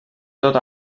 tot